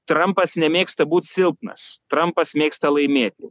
trampas nemėgsta būt silpnas trampas mėgsta laimėti